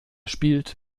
spielt